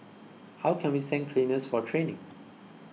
how can we send cleaners for training